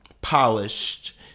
polished